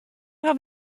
haw